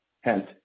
Hence